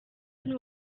and